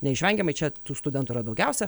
neišvengiamai čia tų studentų yra daugiausia